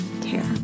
care